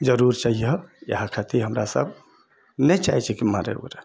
जरूर चाहिए इएह खातिर हमरासब नइँ चाहै छियै कि मारय उरय